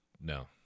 No